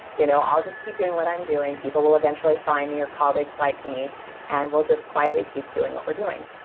you know i'll just keep doing what i'm doing. people will eventually find me or colleagues like me and we'll just quietly keep doing what we're doing.